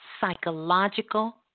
psychological